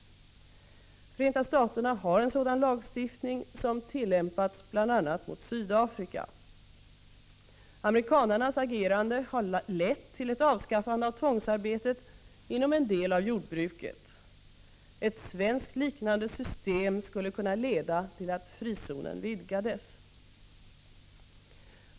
Förenta Staterna har en sådan lagstiftning som tillämpats bl.a. mot Sydafrika. Amerikanernas agerande har lett till ett avskaffande av tvångsarbetet inom en del av jordbruket. Ett svenskt liknande system skulle kunna leda till att frizonen vidgades.